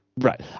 Right